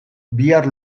bihar